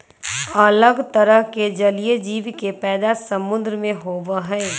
अलग तरह के जलीय जीव के पैदा समुद्र में होबा हई